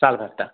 साल भर तक